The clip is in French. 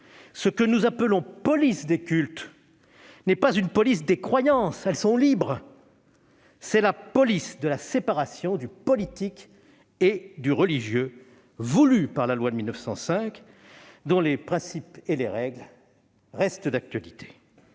Ce que nous appelons police des cultes n'est pas une police des croyances- elles sont libres !-, c'est la police de la séparation du politique et du religieux voulue par la loi de 1905, dont les principes et les règles demeurent d'actualité.